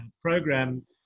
program